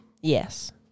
Yes